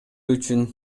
үчүн